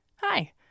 Hi